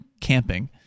camping